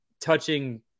touching